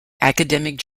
academic